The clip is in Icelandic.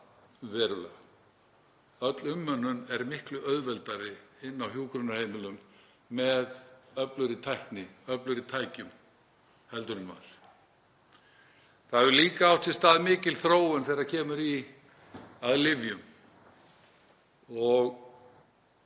verulega. Öll umönnun er miklu auðveldari inni á hjúkrunarheimilum með öflugri tækni og öflugri tækjum heldur en var. Það hefur líka átt sér stað mikil þróun þegar kemur að lyfjum.